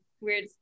weird